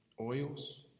oils